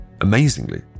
amazingly